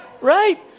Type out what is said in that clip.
Right